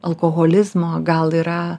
alkoholizmo gal yra